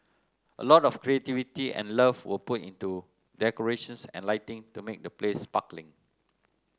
a lot of creativity and love were put into decorations and lighting to make the place sparkling